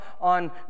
on